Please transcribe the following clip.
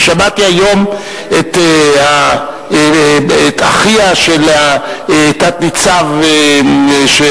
שמעתי היום את אחיה של תת-ניצב אהובה,